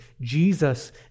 Jesus